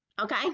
Okay